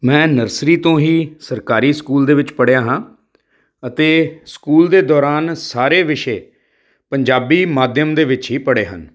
ਮੈਂ ਨਰਸਰੀ ਤੋਂ ਹੀ ਸਰਕਾਰੀ ਸਕੂਲ ਦੇ ਵਿੱਚ ਪੜ੍ਹਿਆ ਹਾਂ ਅਤੇ ਸਕੂਲ ਦੇ ਦੌਰਾਨ ਸਾਰੇ ਵਿਸ਼ੇ ਪੰਜਾਬੀ ਮਾਧਿਅਮ ਦੇ ਵਿੱਚ ਹੀ ਪੜ੍ਹੇ ਹਨ